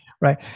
right